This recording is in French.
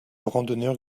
randonneur